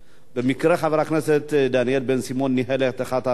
במקרה חבר הכנסת דניאל בן-סימון ניהל את אחת הוועדות.